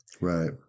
Right